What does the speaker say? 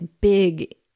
big